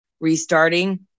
restarting